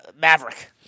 Maverick